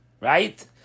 Right